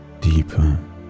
deeper